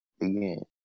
Again